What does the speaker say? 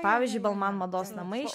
pavyzdžiui balman mados namai